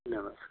नमस्कार